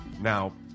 Now